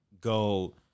go